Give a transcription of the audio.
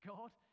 God